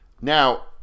Now